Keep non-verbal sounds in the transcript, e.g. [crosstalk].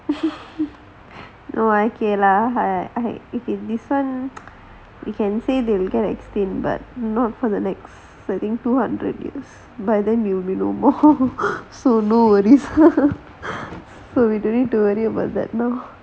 [laughs] no okay lah this [one] you can say they extinct but not for the next saving two hundred use by the new renewable [laughs] so we don't need to worry about that now